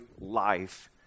life